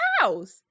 house